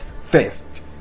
first